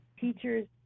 teachers